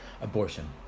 Abortion